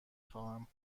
خواهم